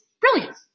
brilliant